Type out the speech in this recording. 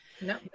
No